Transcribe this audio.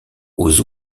aux